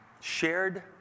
Shared